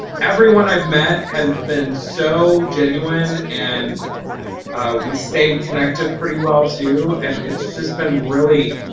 everyone i've met has been so genuine and ah we stayed connected pretty well too and it's just been really